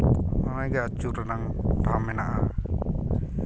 ᱟᱹᱪᱩᱨ ᱨᱮᱱᱟᱝ